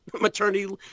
maternity